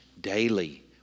Daily